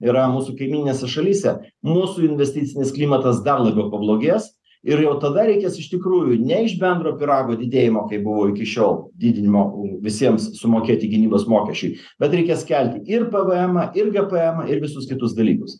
yra mūsų kaimyninėse šalyse mūsų investicinis klimatas dar labiau pablogės ir jau tada reikės iš tikrųjų ne iš bendro pyrago didėjimo kaip buvo iki šiol didinimo visiems sumokėti gynybos mokesčiui bet reikės kelti ir pavaemą ir gapaemą ir visus kitus dalykus